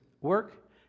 work